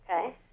Okay